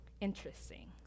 interesting